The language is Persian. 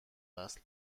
وصل